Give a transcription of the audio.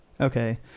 Okay